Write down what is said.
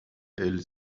elle